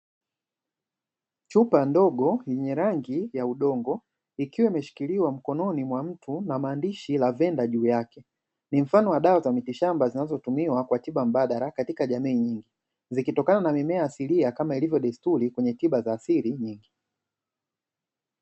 Chupa ndogo yenye rangi ya udongo, ikiwa imeshikiliwa mkononi mwa mtu, na maandishi 'lavender' juu yake. Ni mfano wa dawa za mikishamba zinazotumiwa kwa tiba mbadala katika jamii nyingi, zikitokana na mimea asilia kama ilivyo desturi kwenye tiba za asili nyingi.